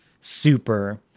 super